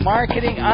Marketing